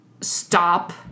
stop